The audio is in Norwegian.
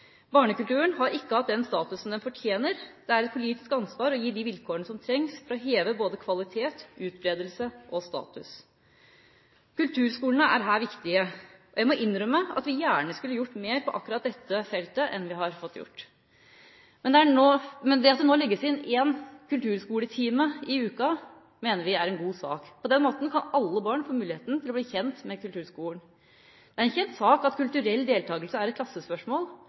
Barnekulturen har ikke hatt den statusen den fortjener. Det er et politisk ansvar å gi de vilkårene som trengs for å heve både kvalitet, utbredelse og status. Kulturskolene er her viktige. Jeg må innrømme at vi gjerne skulle gjort mer på akkurat det feltet enn vi har fått gjort. Men det at det nå legges inn en kulturskole-time i uka, mener vi er en god sak. På den måten kan alle barn få muligheten til å bli kjent med kulturskolen. Det er en kjent sak at kulturell deltakelse er et klassespørsmål.